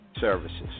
services